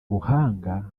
buhanga